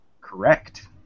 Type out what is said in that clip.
Correct